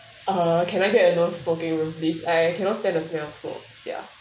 uh can I make a non smoking room please I I cannot stand of smell smoke ya